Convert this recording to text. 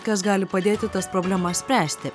kas gali padėti tas problemas spręsti